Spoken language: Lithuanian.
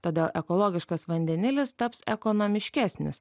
tada ekologiškas vandenilis taps ekonomiškesnis